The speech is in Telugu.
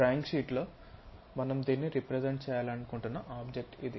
డ్రాయింగ్ షీట్లో మనం దీన్ని రెప్రెసెంట్ చేయాలనుకుంటున్న ఆబ్జెక్ట్ ఇది